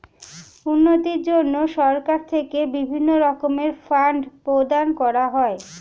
উন্নতির জন্য সরকার থেকে বিভিন্ন রকমের ফান্ড প্রদান করা হয়